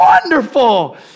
wonderful